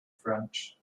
french